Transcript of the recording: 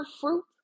fruit